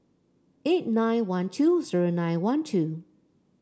eight nine one two zero nine one two